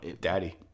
Daddy